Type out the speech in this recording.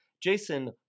Jason